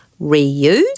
reuse